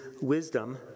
wisdom